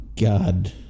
God